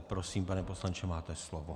Prosím, pane poslanče, máte slovo.